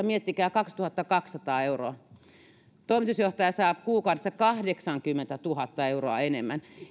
miettikää kaksituhattakaksisataa euroa toimitusjohtaja saa kuukaudessa kahdeksankymmentätuhatta euroa enemmän